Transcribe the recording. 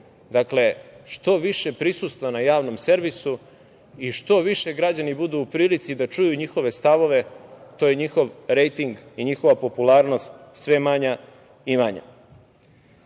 na 3%.Što više prisustva na Javnom servisu i što više građani budu u prilici da čuju njihove stavove, to je njihov rejting i njihova popularnost sve manja i manja. Ovako